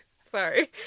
sorry